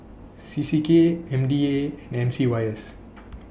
C C K M D A and M C Y S